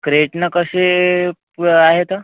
क्रेटना कसे प् आहेत